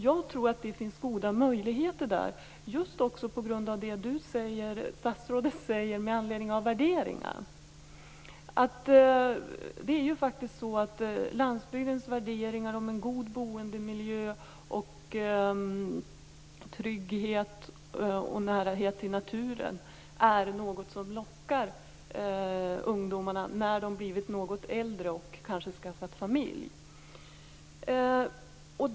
Jag tror att det finns goda möjligheter just med tanke på vad statsrådet säger om värderingar. En god boendemiljö, trygghet, närhet till naturen på landsbygden är något som lockar ungdomarna när de blivit något äldre och kanske skaffat familj.